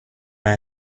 وصل